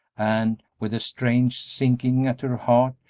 and, with a strange sinking at her heart,